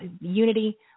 unity